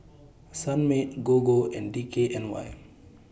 Sunmaid Gogo and D K N Y